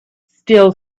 still